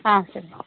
ஆ சரிங்க